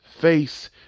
face